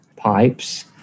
pipes